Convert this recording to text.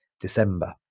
December